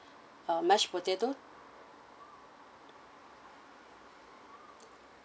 uh mashed potato